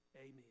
amen